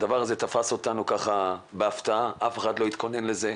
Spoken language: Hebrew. הדבר הזה תפס אותנו בהפתעה, אף אחד לא התכונן לזה.